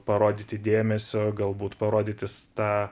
parodyti dėmesio galbūt parodyti s tą